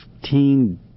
Fifteen